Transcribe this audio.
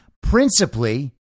principally